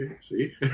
see